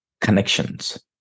Connections